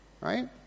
right